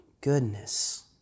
goodness